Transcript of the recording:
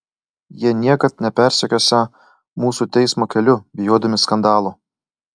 jie niekad nepersekiosią mūsų teismo keliu bijodami skandalo